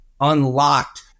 unlocked